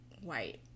white